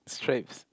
stripes